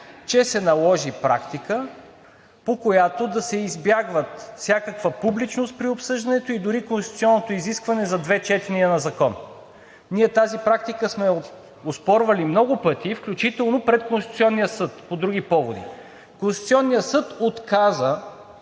че се наложи практика, по която да се избягват всякаква публичност при обсъждането и дори конституционното изискване за две четения на закон. Тази практика ние сме я оспорвали много пъти, включително пред Конституционния съд по други поводи. Конституционният съд отказа